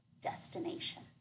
destination